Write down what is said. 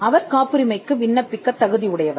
அவர் காப்புரிமைக்கு விண்ணப்பிக்கத் தகுதி உடையவர்